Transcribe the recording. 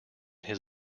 his